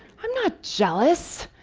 i'm not jealous,